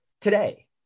today